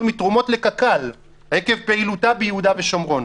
מתרומות לקק"ל עקב פעילותה ביהודה ושומרון.